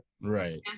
Right